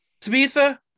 tabitha